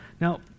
Now